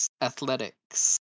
athletics